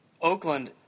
Oakland